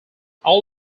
all